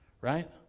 Right